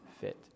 fit